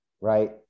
right